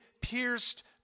pierced